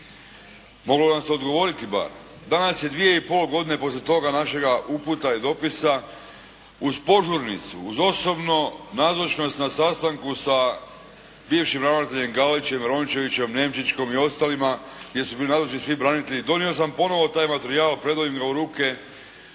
moglo nam se odgovoriti bar. Danas je dvije i pol godine poslije toga našega uputa i dopisa uz požurnicu, uz osobnu nazočnost na sastanku sa bivšim ravnateljem Galićem, Rončevićem, Nemčićkom i ostalima gdje su bili nazočni svi branitelji donio sam ponovno taj materijal, predao im ga u ruke.